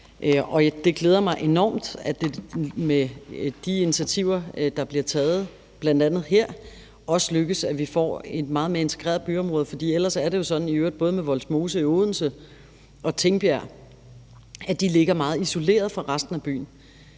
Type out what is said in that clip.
det glæder mig enormt, at det med de initiativer, der bl.a. bliver taget her, også lykkes os at få et meget mere integreret byområde, for ellers er det jo sådan både med Vollsmose i Odense og Tingbjerg, at de ligger meget isoleret fra resten af byen.